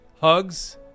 hugs